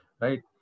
right